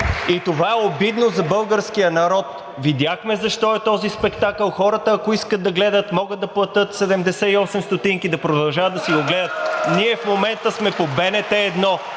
и това е обидно за българския народ. Видяхме защо е този спектакъл. Хората, ако искат да гледат, могат да платят 78 стотинки да продължават да си го гледат. (Ръкопляскания и